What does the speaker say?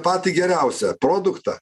patį geriausią produktą